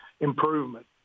improvement